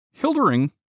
Hildering